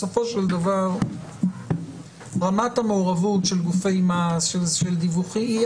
בסופו של דבר, רמת המעורבות של גופי מס היא אחרת.